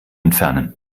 entfernen